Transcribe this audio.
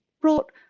brought